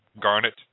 garnet